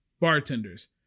Bartenders